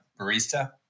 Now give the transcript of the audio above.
barista